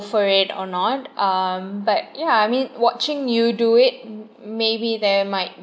for it or not um but yeah I mean watching you do it maybe there might